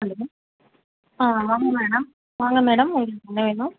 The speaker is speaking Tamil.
ஹலோ ஆ ஆமாம் மேடம் வாங்க மேடம் உங்களுக்கு என்ன வேணும்